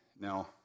Now